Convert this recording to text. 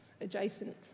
adjacent